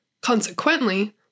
Consequently